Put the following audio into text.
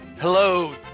Hello